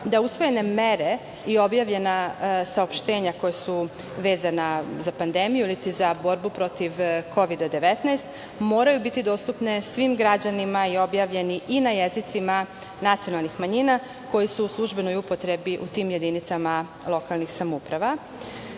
da usvojene mere i objavljena saopštenja koja su vezana za pandemiju iliti za borbu protiv Kovid 19 moraju biti dostupne svim građanima i objavljeni i na jezicima nacionalnih manjina koji su u službenoj upotrebi u tim jedinicama lokalnih samouprava. Preporuka